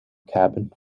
cabin